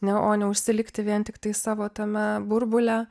ne o ne užsilikti vien tiktai savo tame burbule